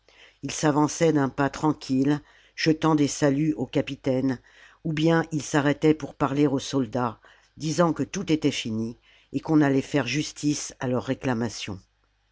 ils s'avançaient d'un pas tranquille jetant des saints aux capitames ou bien ils s'arrêtaient pour parler aux soldats disant que tout était fini et qu'on allait faire justice à leurs réclamations